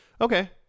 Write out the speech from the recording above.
okay